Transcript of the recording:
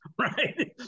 right